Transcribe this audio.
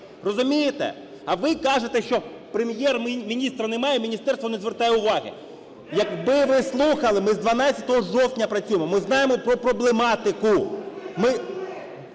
Розумієте? А ви кажете, що Прем'єр-міністра немає, міністерство не звертає уваги. Якби ви слухали, ми з 12 жовтня працюємо, ми знаємо про проблематику.